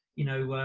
you know,